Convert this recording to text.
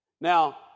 Now